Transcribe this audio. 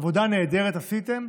עבודה נהדרת עשיתם.